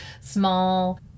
small